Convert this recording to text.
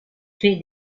clef